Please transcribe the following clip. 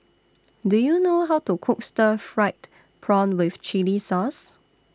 Do YOU know How to Cook Stir Fried Prawn with Chili Sauce